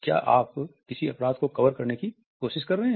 क्या आप किसी अपराध को कवर करने की कोशिश कर रहे हैं